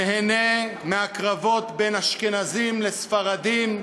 נהנה מהקרבות בין אשכנזים לספרדים,